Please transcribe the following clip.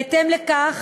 בהתאם לכך